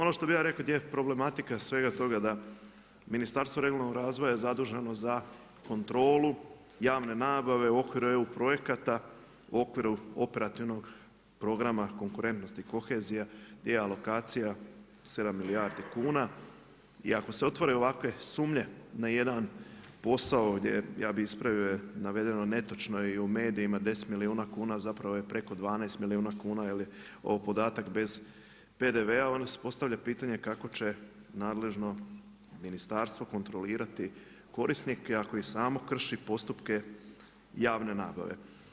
Ono što bih ja rekao gdje je problematika svega toga da je Ministarstvo regionalnog razvoja je zaduženo za kontrolu javne nabave u okviru EU projekata, u okviru operativnog programa konkurentnosti kohezija gdje je alokacija sedam milijardi kuna i ako se otvore ovakve sumnje na jedan posao gdje, ja bih ispravio, je navedeno netočno i u medijima, deset milijuna kuna, zapravo je preko dvanaest milijuna kuna jer je ovo podatak bez PDV-a, onda se postavlja pitanje kako će nadležno ministarstvo kontrolirati korisnike ako i samo krši postupke javne nabave.